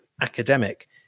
academic